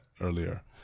earlier